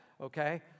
okay